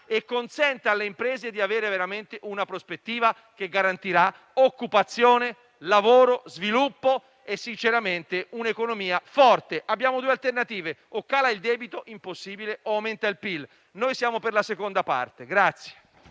e consenta alle imprese di avere veramente una prospettiva che garantirà occupazione, lavoro, sviluppo e certamente un'economia forte. Abbiamo due alternative: o cala il debito (impossibile) o aumenta il PIL. Noi siamo per la seconda opzione.